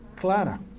clara